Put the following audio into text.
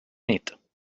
nit